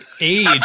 age